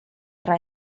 tra